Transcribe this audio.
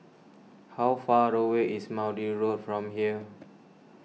how far away is Maude Road from here